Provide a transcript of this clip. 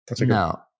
No